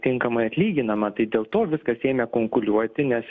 tinkamai atlyginama tai dėl to viskas ėmė kunkuliuoti nes